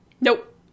Nope